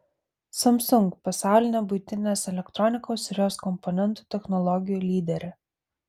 samsung pasaulinė buitinės elektronikos ir jos komponentų technologijų lyderė